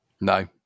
No